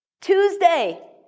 Tuesday